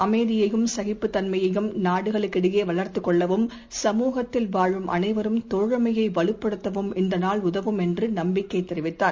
அமைதியையும் சகிப்புத் தன்மையையும் நாடுகளுக்கிடையேவளர்த்துக் கொள்ளவும் சமுகத்தில் வாழும் அனைவரும் தோழமையைவலுப்படுத்தவும் இந்தநாள் உதவும் என்றுநம்பிக்கைதெரிவித்தார்